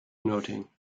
noting